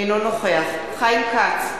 אינו נוכח חיים כץ,